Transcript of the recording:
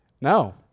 No